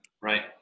Right